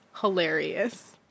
hilarious